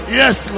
yes